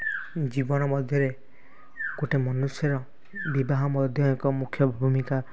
ଜୀବନ ମଧ୍ୟରେ ଗୋଟେ ମନୁଷ୍ୟର ବିବାହ ମଧ୍ୟ ଏକ ମୁଖ୍ୟ ଭୂମିକା